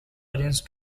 arranged